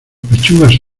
pechugas